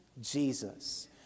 Jesus